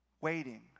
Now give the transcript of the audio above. Waiting